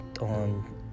on